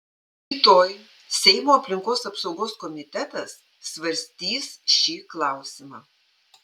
rytoj seimo aplinkos apsaugos komitetas svarstys šį klausimą